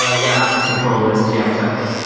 ah yeah, access control list. yeah, exactly.